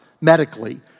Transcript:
medically